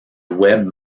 web